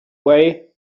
way